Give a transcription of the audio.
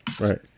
Right